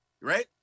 Right